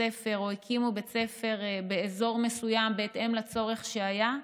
ספר או הקימו בית ספר באזור מסוים בהתאם לצורך שהיה,